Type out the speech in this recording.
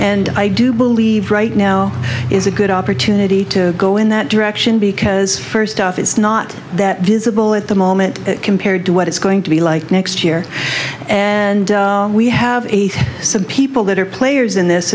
and i do believe right now is a good opportunity to go in that direction because first off it's not that visible at the moment compared to what it's going to be like next year and we have some people that are players in this